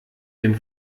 dem